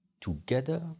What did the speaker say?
together